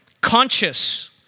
conscious